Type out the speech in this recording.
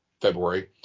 february